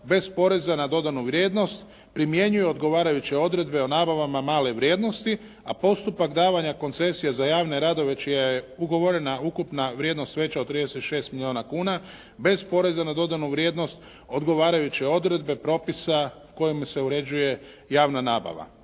bez poreza na dodanu vrijednost, primjenu odgovarajuće odredbe o nabavama male vrijednosti, a postupak davanja koncesija za javne radove čija je ugovorena ukupna vrijednost veća od 36 milijuna kuna bez poreza na dodanu vrijednost, odgovarajuće odredbe propisa kojim se uređuje javna nabava.